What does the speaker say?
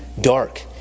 dark